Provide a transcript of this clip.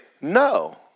No